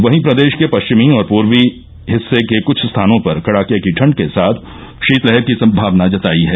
वहीं प्रदेश के पश्चिमी और पूर्वी हिस्से के क्छ स्थानों पर कड़ाके की ठंड के साथ शीतलहर की संभावना जताई है